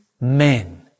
men